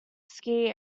ski